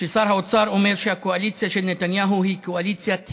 ששר האוצר אומר שהקואליציה של נתניהו היא קואליציית הישרדות.